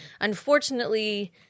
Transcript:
unfortunately